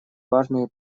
важные